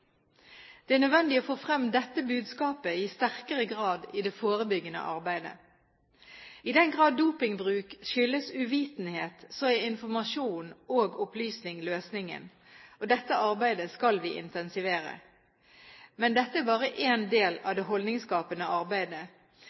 Det er nødvendig å få frem dette budskapet i sterkere grad i det forebyggende arbeidet. I den grad dopingbruk skyldes uvitenhet, er informasjon og opplysning løsningen. Dette arbeidet skal vi intensivere. Men dette er bare én del av det holdningsskapende arbeidet.